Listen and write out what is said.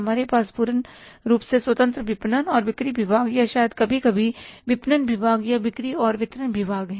हमारे पास पूर्ण रूप से स्वतंत्र विपणन और बिक्री विभाग या शायद कभी कभी विपणन विभाग का बिक्री और वितरण विभाग है